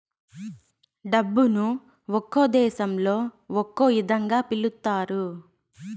డబ్బును ఒక్కో దేశంలో ఒక్కో ఇదంగా పిలుత్తారు